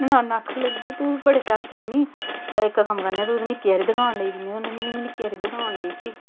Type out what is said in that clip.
ननाना आखन लगियां तू बड़े शैल सीनी इक कम्म करनेआं तुगी निक्की हारी दकान लेई दिन्ने आं फ्ही मिगी निक्की हारी दकान लेई दित्ती